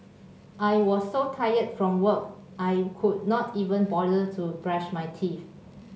I was so tired from work I could not even bother to brush my teeth